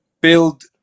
build